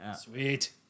Sweet